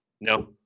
no